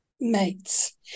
mates